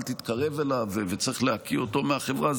אל תתקרב אליו וצריך להקיא אותו מהחברה,